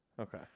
Okay